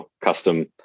custom